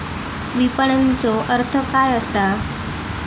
विपणनचो अर्थ काय असा?